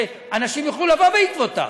אנשים יוכלו לבוא בעקבותיו.